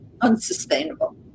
unsustainable